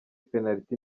penaliti